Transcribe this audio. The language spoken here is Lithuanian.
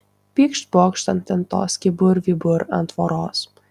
pykšt pokšt ant lentos kybur vybur ant tvoros